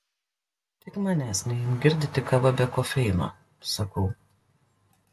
tik manęs neimk girdyti kava be kofeino sakau